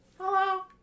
Hello